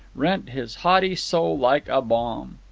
rent his haughty soul like a bomb.